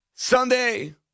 Sunday